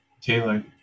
Taylor